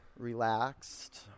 relaxed